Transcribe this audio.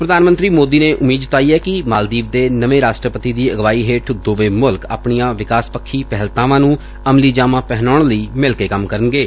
ਪ੍ਧਾਨ ਮੰਤਰੀ ਮੋਦੀ ਨੇ ਉਮੀਦ ਜਤਾਈ ਐ ਕਿ ਮਾਲਦੀਵ ਦੇ ਨਵੇਂ ਰਾਸ਼ਟਰਪਤੀ ਦੀ ਅਗਵਾਈ ਹੇਠ ਦੋਵੇਂ ਮੁਲਕ ਆਪਣੀਆਂ ਵਿਕਾਸ ਪੱਖੀ ਪਹਿਲਤਾਵਾਂ ਨੂੰ ਅਮਲੀਜਾਮਾ ਪਹਿਨਾਉਣ ਲਈ ਮਿਲ ਕੇ ਕੰਮ ਕਰਨਗੇ